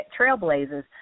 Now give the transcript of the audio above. trailblazers